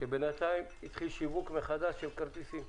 שבינתיים התחיל שיווק מחדש של כרטיסים,